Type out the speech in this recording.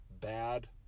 Bad